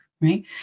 right